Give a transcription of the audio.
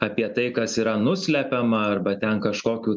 apie tai kas yra nuslepiama arba ten kažkokių